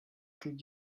could